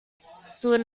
soon